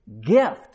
gift